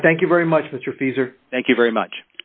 i thank you very much that your fees are thank you very much